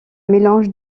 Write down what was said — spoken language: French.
mélange